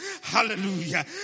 Hallelujah